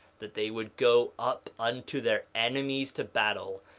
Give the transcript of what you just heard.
that they would go up unto their enemies to battle,